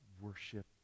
worship